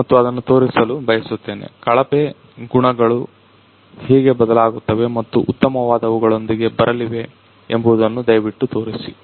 ಮತ್ತು ಅದನ್ನು ತೋರಿಸಲು ಬಯಸುತ್ತೇನೆ ಕಳಪೆ ಗುಣಗಳು ಹೇಗೆ ಬದಲಾಗುತ್ತವೆ ಮತ್ತು ಉತ್ತಮವಾದವುಗಳೊಂದಿಗೆ ಬರಲಿವೆ ಎಂಬುದನ್ನು ದಯವಿಟ್ಟು ತೋರಿಸಿ